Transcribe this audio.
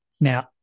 Now